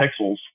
pixels